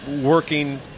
working